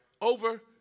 over